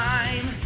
Time